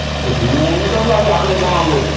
हे धुओं न निकिरंदो आहे चॉकलेट वांगुरु